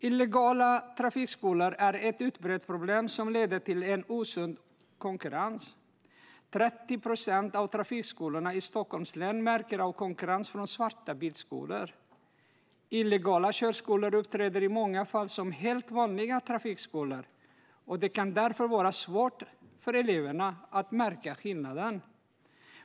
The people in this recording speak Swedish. Illegala trafikskolor är ett utbrett problem som leder till en osund konkurrens. 30 procent av trafikskolorna i Stockholms län märker av konkurrens från svarta bilskolor. Illegala körskolor uppträder i många fall som helt vanliga trafikskolor, och det kan därför vara svårt för eleverna att märka skillnaden.